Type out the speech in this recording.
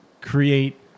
create